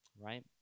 Right